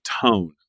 tone